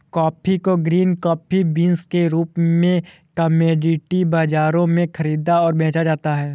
coffee को green coffee beans के रूप में कॉमोडिटी बाजारों में खरीदा और बेचा जाता है